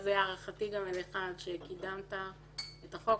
אז הערכתי אליך שקידמת את החוק.